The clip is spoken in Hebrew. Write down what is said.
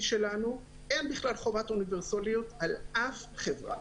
שלנו אין בכלל חובת אוניברסליות על אף חברה.